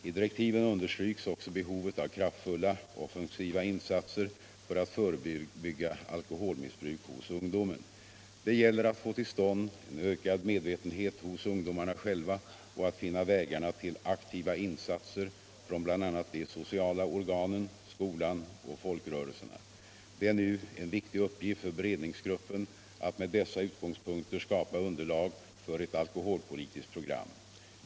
I direktiven understryks också behovet av kraftfulla, offensiva insatser för att förebygga alkoholmissbruk hos ungdomen. Det gäller att få till stånd en ökad medvetenhet hos ungdomarna själva och att finna vägarna till aktiva insatser från bl.a. de sociala organen, skolan och folkrörelserna. Det är nu en viktig uppgift för beredningsgruppen att med dessa utgångspunkter skapa underlag för ett alkoholpolitiskt program.